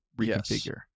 reconfigure